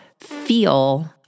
feel